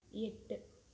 எட்டு